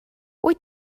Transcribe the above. wyt